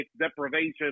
deprivation